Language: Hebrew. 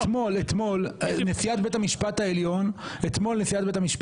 אתמול נשיאת בית המשפט העליון הפרה